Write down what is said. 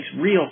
real